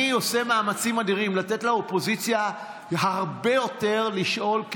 אני עושה מאמצים אדירים לתת לאופוזיציה הרבה יותר לשאול,